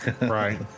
Right